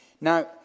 Now